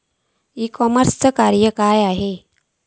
E कॉमर्सचा कार्य काय असा?